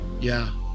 Yeah